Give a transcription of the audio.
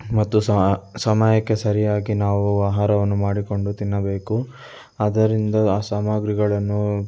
ಮತ್ತು ಸಮಯಕ್ಕೆ ಸರಿಯಾಗಿ ನಾವು ಆಹಾರವನ್ನು ಮಾಡಿಕೊಂಡು ತಿನ್ನಬೇಕು ಅದರಿಂದ ಆ ಸಾಮಾಗ್ರಿಗಳನ್ನು